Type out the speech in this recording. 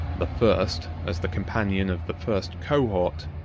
the first, as the companion of the first cohort,